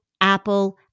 Apple